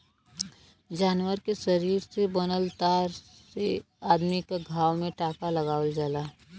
जानवर के शरीर से बनल तार से अदमी क घाव में टांका लगावल जाला